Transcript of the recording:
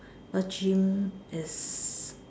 go gym is